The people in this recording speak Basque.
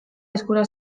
eskura